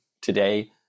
today